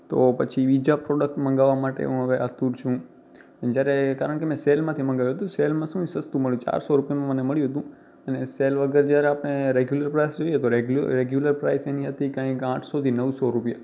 તો પછી બીજા પ્રોડ્કટ મગાવવા માટે હું હવે આતુર છું જયારે કારણ કે મે સેલમાંથી મગાવ્યું હતું સેલમાં શું એ સસ્તું મળે ચારસો રૂપિયામાં મને મળ્યું હતું અને સેલ વગર જયારે આપણે રેગ્યુલર પ્રાઈસ જોઈએ તો રેગ્યુલર પ્રાઇસ એની હતી કાંઈક આઠસોથી નવસો રૂપિયા